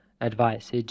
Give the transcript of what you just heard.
advice